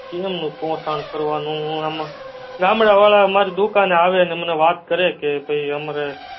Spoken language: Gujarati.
કેમનું પોષણ કરવાનું આમાં ગામડાવાળા મારી દુકાને આવે ને મને વાત કરે કે ભાઈ અમારે